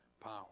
power